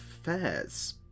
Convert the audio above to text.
affairs